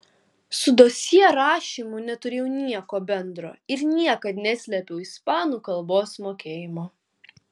su dosjė rašymu neturėjau nieko bendro ir niekad neslėpiau ispanų kalbos mokėjimo